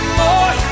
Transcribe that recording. more